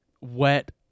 wet